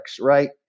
right